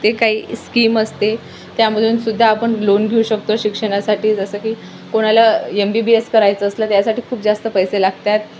ते काही स्कीम असते त्यामधूनसुद्धा आपण लोन घेऊ शकतो शिक्षणासाठी जसं की कोणाला एम बी बी एस करायचं असलं त्यासाठी खूप जास्त पैसे लागतात